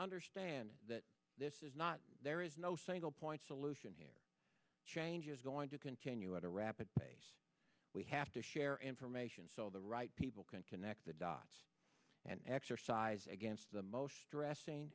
understand that this is not there is no single point solution here change is going to continue at a rapid pace we have to share information so the right people can connect the dots and exercise against the most stress